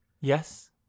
Yes